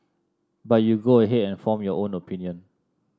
but you go ahead and form your own opinion